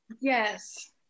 yes